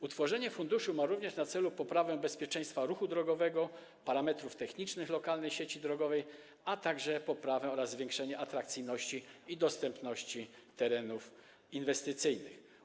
Utworzenie funduszu ma również na celu poprawę bezpieczeństwa ruchu drogowego, parametrów technicznych lokalnej sieci drogowej, a także poprawę i zwiększenie atrakcyjności i dostępności terenów inwestycyjnych.